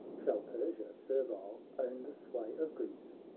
shall persia, servile, own the sway of greece?